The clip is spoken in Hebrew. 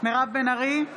מירב בן ארי,